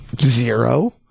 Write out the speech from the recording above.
Zero